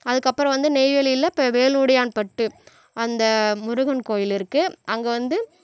அதுக்கப்புறம் வந்து நெய்வேலியில் இப்போ வேலுடையான்பட்டு அந்த முருகன் கோயில் இருக்குது அங்கே வந்து